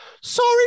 Sorry